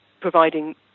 providing